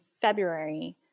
February